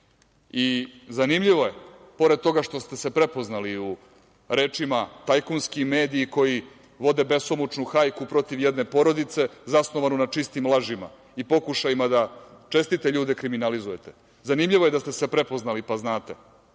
roditelj. Zanimljivo je, pored toga što ste se prepoznali u rečima – tajkunski mediji koji vode besomučnu hajku protiv jedne porodice zasnovane na čistim lažima i pokušajima da čestite ljude kriminalizujete, zanimljivo je da ste se prepoznali, pa znate